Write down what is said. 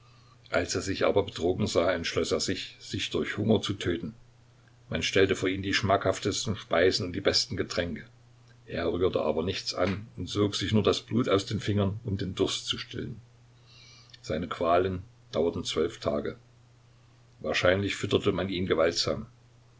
als er sich aber betrogen sah entschloß er sich sich durch hunger zu töten man stellte vor ihn die schmackhaftesten speisen und die besten getränke er rührte aber nichts an und sog sich nur das blut aus den fingern um den durst zu stillen seine qualen dauerten zwölf tage wahrscheinlich fütterte man ihn gewaltsam